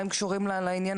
מה הם קשורים לעניין,